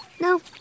No